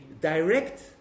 direct